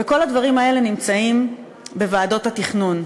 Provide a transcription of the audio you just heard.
וכל הדברים האלה נמצאים בוועדות התכנון.